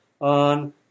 on